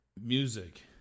music